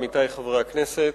עמיתי חברי הכנסת,